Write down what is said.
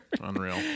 Unreal